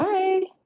Bye